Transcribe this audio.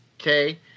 Okay